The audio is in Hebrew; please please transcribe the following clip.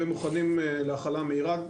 ומוכנים להכלה מהירה.